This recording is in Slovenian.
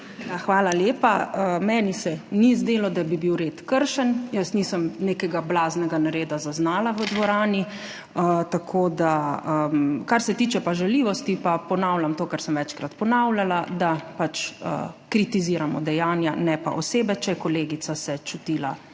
Hvala lepa. Meni se ni zdelo, da bi bil red kršen, jaz nisem nekega blaznega nereda zaznala v dvorani. Kar se tiče žaljivosti, pa ponavljam to, kar sem večkrat ponavljala, da kritiziramo dejanja, ne pa osebe. Če se je kolegica čutila